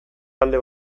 alde